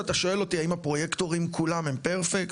ואתה שואל אותי האם הפרויקטורים כולם הם "פרפקט"?